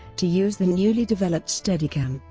to use the newly developed steadicam,